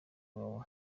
iwawa